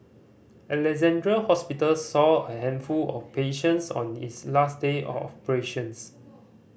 Alexandra Hospital saw a handful of patients on its last day of operations